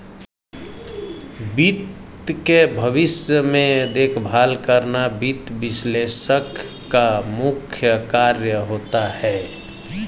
वित्त के भविष्य में देखभाल करना वित्त विश्लेषक का मुख्य कार्य होता है